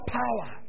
power